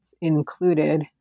included